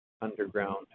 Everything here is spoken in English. underground